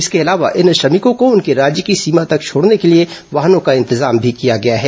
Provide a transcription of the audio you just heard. इसके अलावा इन श्रमिकों को उनके राज्य की सीमा तक छोड़ने के लिए वाहनों का इंतजाम भी किया गया है